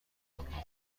آنها